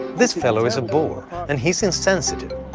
this fellow is a bore and he's insensitive.